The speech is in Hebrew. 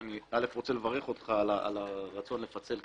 אני רוצה לברך אותך על הרצון לפצל,